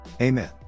Amen